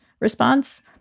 response